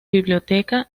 biblioteca